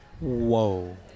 Whoa